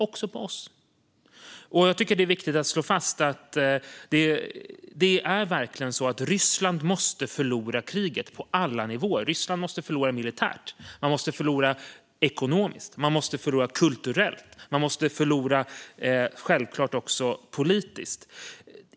Jag tycker att det är viktigt att slå fast att Ryssland verkligen måste förlora kriget på alla nivåer - militärt, ekonomiskt, kulturellt och självklart också politiskt.